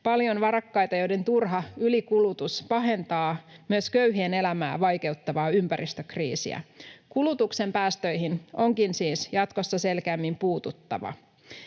paljon varakkaita, joiden turha ylikulutus pahentaa myös köyhien elämää vaikeuttavaa ympäristökriisiä. Kulutuksen päästöihin onkin siis jatkossa selkeämmin puututtava,